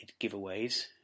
giveaways